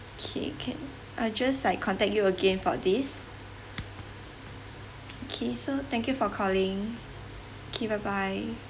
okay can I just like contact you again for this okay so thank you for calling okay bye bye